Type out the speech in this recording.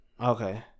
Okay